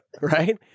Right